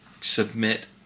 submit